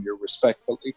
respectfully